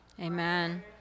amen